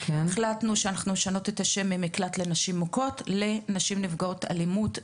החלטנו שאנחנו משנות את השם מ"מקלט לנשים מוכות" ל"נשים נפגעות אלימות".